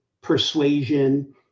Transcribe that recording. persuasion